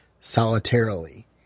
solitarily